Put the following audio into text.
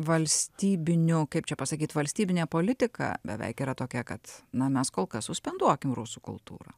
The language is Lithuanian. valstybiniu kaip čia pasakyt valstybinė politika beveik yra tokia kad na mes kol kas suspenduokim rusų kultūrą